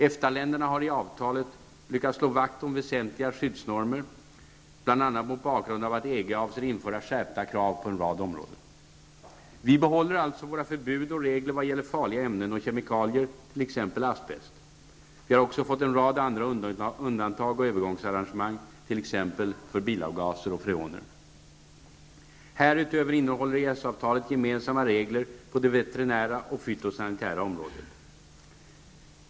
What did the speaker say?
EFTA-länderna har i avtalet lyckats slå vakt om väsentliga skyddsnormer, bl.a. mot bakgrund av att EG avser att införa skärpta krav på en rad områden. -- Vi behåller alltså våra förbud och regler vad gäller farliga ämnen och kemikalier . Vi har också fått en rad andra undantag och övergångsarrangemang .-- Härutöver innehåller EES-avtalet gemensamma regler på det veterinära och fytosanitära området.